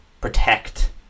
protect